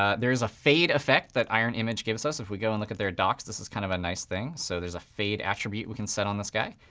ah there is a fade effect that iron image gives us if we go and look at their docs. this is kind of a nice thing. so there's a fade attribute we can set on this guy.